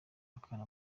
akana